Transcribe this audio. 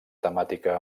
temàtica